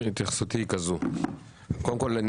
התייחסותי היא כזאת: קודם כול,